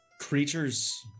creatures